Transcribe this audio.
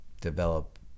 develop